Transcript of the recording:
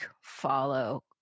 follow